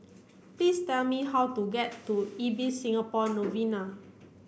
please tell me how to get to Ibis Singapore Novena